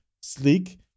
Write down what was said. sleek